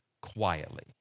quietly